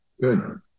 good